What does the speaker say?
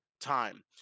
time